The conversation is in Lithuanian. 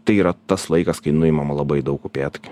tai yra tas laikas kai nuimama labai daug upėtakių